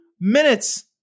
minutes